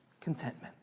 contentment